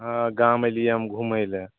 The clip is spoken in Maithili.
हँ गाम अयलियै हम घुमय लए